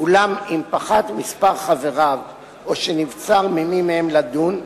אולם אם פחת מספר חבריו או שנבצר ממי מהם לדון,